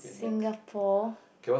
Singapore